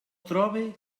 trobe